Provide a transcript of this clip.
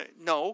no